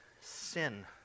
sin